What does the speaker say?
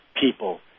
people